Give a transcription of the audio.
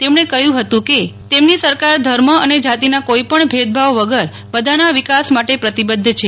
તેમણે કહ્યું કે તેમની સરકાર ધર્મ અને જાતીના કોઈપણ ભેદભાવ વગર બધાના વિકાસ માટે પ્રતિબદ્ધ છે